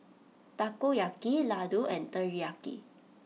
Takoyaki Ladoo and Teriyaki